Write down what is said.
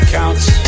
counts